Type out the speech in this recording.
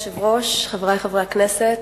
אדוני היושב-ראש, חברי חברי הכנסת,